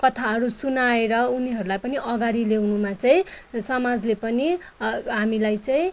कथाहरू सुनाएर उनीहरूलाई पनि अगाडि ल्याउनुमा चाहिँ समाजले पनि हामीलाई चाहिँ